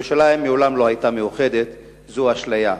ירושלים מעולם לא היתה מאוחדת, זאת אשליה.